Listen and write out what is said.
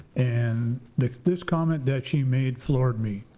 and this this comment that she made floored me.